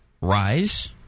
rise